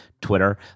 Twitter